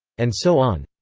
and so on.